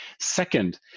Second